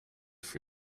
for